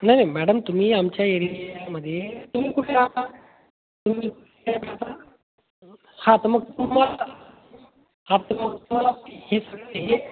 नाही नाही मॅडम तुम्ही आमच्या एरियामध्ये तुम्ही कुठे राहता हां तर मग तुम्हाला हां तर मग तुम्हाला हे सगळं हे